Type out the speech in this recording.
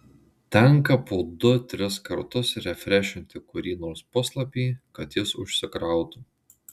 tenka po du tris kartus refrešinti kurį nors puslapį kad jis užsikrautų